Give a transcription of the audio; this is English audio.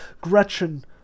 Gretchen